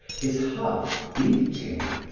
his heart beating,